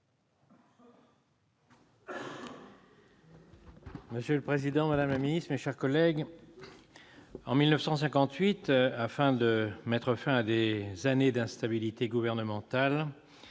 Monsieur le président, madame la garde des sceaux, mes chers collègues, en 1958, afin de mettre fin à des années d'instabilité gouvernementale